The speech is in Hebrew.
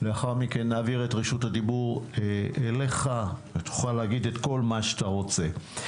לאחר מכן נעביר את רשות הדיבור אליך ותוכל להגיד את כל מה שאתה רוצה.